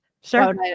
Sure